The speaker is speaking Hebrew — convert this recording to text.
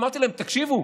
אמרתי להם: תקשיבו,